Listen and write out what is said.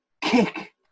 kick